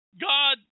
God